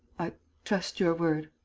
i trust your word.